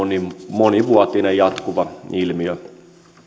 monivuotinen jatkuva ilmiö